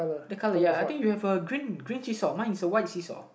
the colour ya I think you have a green green seesaw mine is a white see saw